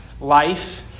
life